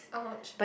!ouch!